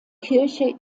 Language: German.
kirche